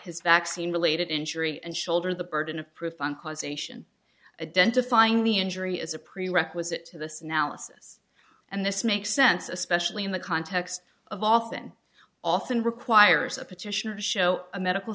his vaccine related injury and shoulder the burden of proof on causation a dentist finding the injury is a prerequisite to this analysis and this makes sense especially in the context of often often requires a petitioner show a medical